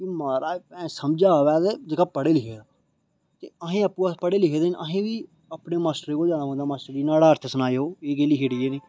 महाराज मेंहे समझ आवै ते अहें आपू अस पढ़े लिखे न नेईं ते मास्टरे कोल जाना पौंदा कि नुआड़ा अर्थ सनाएओ खबरै केह् लिखे दा ऐ